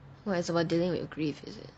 what it's about dealing with grief is it